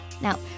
Now